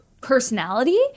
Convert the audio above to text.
personality